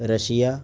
Russia